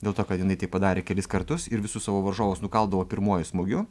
dėl to kad jinai tai padarė kelis kartus ir visus savo varžovus nukaldavo pirmuoju smūgiu